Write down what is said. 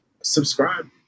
subscribe